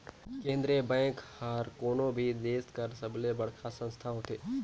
केंद्रीय बेंक हर कोनो भी देस कर सबले बड़खा संस्था होथे